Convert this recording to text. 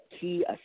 key